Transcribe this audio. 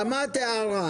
שמעת הערה,